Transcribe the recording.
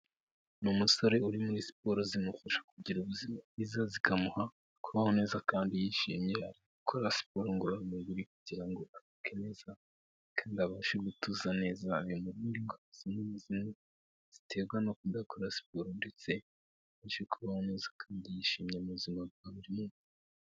Ni umusore uri muri siporo; zimufasha kugira ubuzima bwiza, zikamuha kubaho neza kandi yishimiye. Gukora siporo ngororamubiri kugira ngo acye kandi abashe gutuza neza (Indwara zimwenazimwe ziterwa no kudakora siporo), ndetse akomeza kuba mwiza kandi yishimye mu buzima bwa buri munsi.